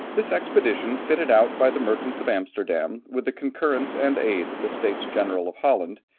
this expedition, fitted out by the merchants of amsterdam with the concurrence and aid of the states-general of holland,